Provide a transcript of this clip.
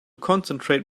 concentrate